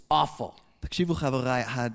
awful